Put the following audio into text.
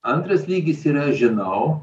antras lygis yra žinau